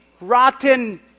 rotten